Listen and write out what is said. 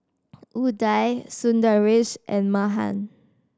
Udai Sundaresh and Mahan